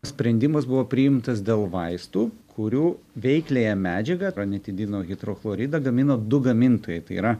sprendimas buvo priimtas dėl vaistų kurių veikliąją medžiagą ranitidino hidrochloridą gamina du gamintojai tai yra